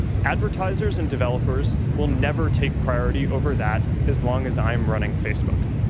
advertisers and developers will never take priority over that as long as i'm running facebook.